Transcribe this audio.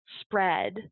spread